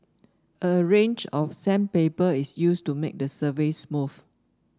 a range of sandpaper is used to make the surface smooth